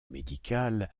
médicale